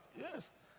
Yes